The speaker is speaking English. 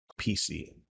pc